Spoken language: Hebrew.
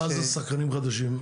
מה זה שחקנים חדשים?